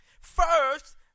First